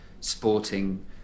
sporting